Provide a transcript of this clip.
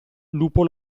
lupo